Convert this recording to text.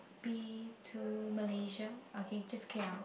be to Malaysia okay just k_l